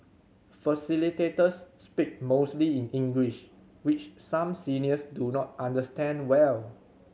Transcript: facilitators speak mostly in English which some seniors do not understand well